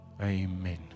Amen